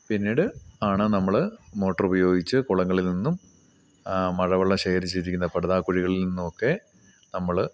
പിന്നീട് ആണ് നമ്മൾ മോട്ടർ ഉപയോഗിച്ച് കുളങ്ങളിൽ നിന്നും മഴവെള്ളം ശേഖരിച്ചിരിക്കുന്ന പടുതാക്കുഴികളിൽ നിന്നുമൊക്കെ നമ്മൾ